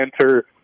enter –